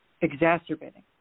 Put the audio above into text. exacerbating